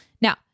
now